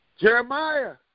Jeremiah